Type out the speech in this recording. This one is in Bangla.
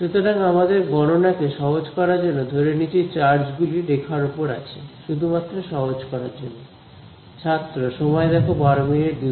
সুতরাং আমাদের গণনা কে সহজ করার জন্য ধরে নিচ্ছি চার্জ গুলি রেখার উপর আছে শুধুমাত্র সহজ রাখার জন্য